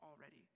already